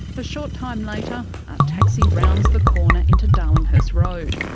a short time later, our taxi rounds the corner into darlinghurst road,